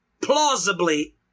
plausibly